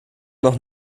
noch